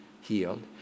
healed